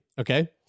Okay